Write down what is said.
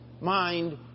mind